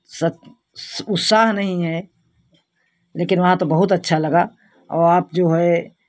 सत उत्साह नहीं है लेकिन वहाँ तो बहुत अच्छा लगा और आप जो है